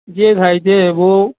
જે થાય જે એવું